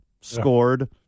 scored